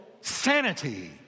sanity